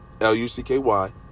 L-U-C-K-Y